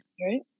right